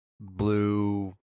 blue